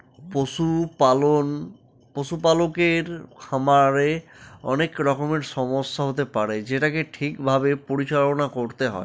পশুপালকের খামারে অনেক রকমের সমস্যা হতে পারে যেটাকে ঠিক ভাবে পরিচালনা করতে হয়